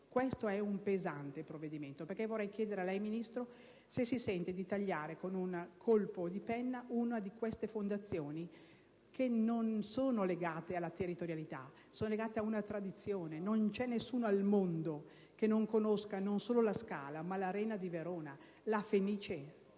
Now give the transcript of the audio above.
quello al nostro esame. Vorrei chiedere a lei, Ministro, se si sente di tagliare con un colpo di penna una di queste fondazioni, che non sono legate alla territorialità ma ad una tradizione. Non c'è alcuno al mondo che non conosca, non solo la Scala, ma anche l'Arena di Verona, la Fenice,